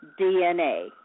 DNA